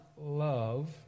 love